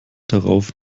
darauf